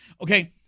Okay